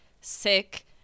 sick